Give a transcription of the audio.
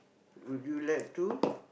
would you like to